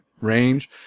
range